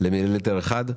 למיליליטר אחד.